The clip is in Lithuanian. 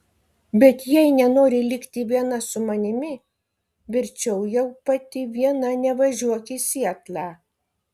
bet jei nenori likti viena su manimi verčiau jau pati viena nevažiuok į sietlą